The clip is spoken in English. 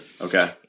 Okay